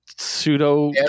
pseudo